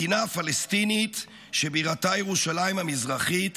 מדינה פלסטינית שבירתה ירושלים המזרחית